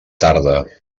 tarda